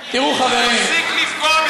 תפסיק לפגוע בשר הביטחון.